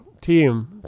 team